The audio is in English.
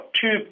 two